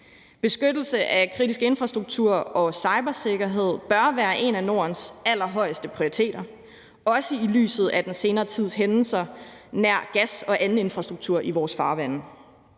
Beskyttelse af kritisk infrastruktur og cybersikkerhed bør være en af Nordens allerhøjeste prioriteter, også i lyset af den senere tids hændelser nær gasinfrastruktur og anden infrastruktur i vores farvande.